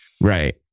Right